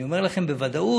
אני אומר לכם בוודאות.